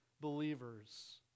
believers